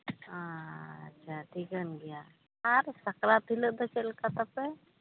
ᱟᱪᱪᱷᱟ ᱴᱷᱤᱠᱟᱹᱱ ᱜᱮᱭᱟ ᱟᱨ ᱥᱟᱠᱨᱟᱛ ᱦᱤᱞᱟᱹᱜ ᱫᱚ ᱪᱮᱫ ᱞᱮᱠᱟ ᱛᱟᱯᱮ